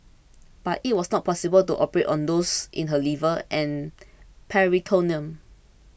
but it was not possible to operate on those in her liver and peritoneum